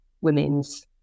women's